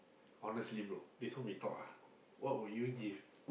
honestly bro this one we talk ah what would you give